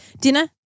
dinner